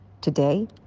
Today